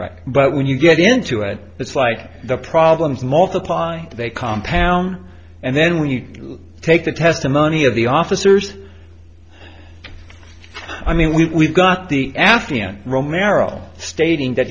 back but when you get into it it's like the problems multiply they compound and then when you take the testimony of the officers i mean we've got the afghan romeril stating that